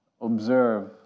observe